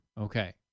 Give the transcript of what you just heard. Okay